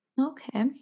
Okay